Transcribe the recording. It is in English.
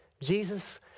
Jesus